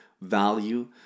value